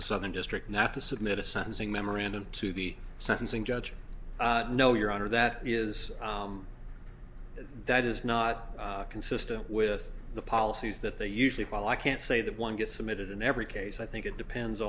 the southern district not to submit a sentencing memorandum to the sentencing judge no your honor that is that is not consistent with the policies that they usually follow i can't say that one gets admitted in every case i think it depends